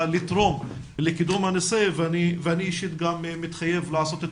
לתרום לקידום הנושא ואני אישית גם מתחייב לעשות את